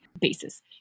basis